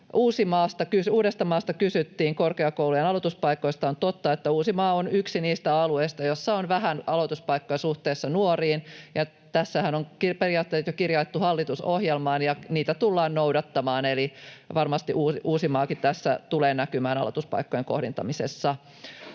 tki-toiminnassa. Kysyttiin korkeakoulujen aloituspaikoista Uudellamaalla. On totta, että Uusimaa on yksi niistä alueista, joilla on vähän aloituspaikkoja suhteessa nuoriin, ja tässähän on periaatteet jo kirjattu hallitusohjelmaan, ja niitä tullaan noudattamaan, eli varmasti Uusimaakin tulee näkymään aloituspaikkojen kohdentamisessa.